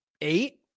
eight